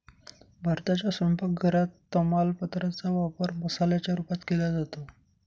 भारताच्या स्वयंपाक घरात तमालपत्रा चा वापर मसाल्याच्या रूपात केला जातो